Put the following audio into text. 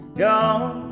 gone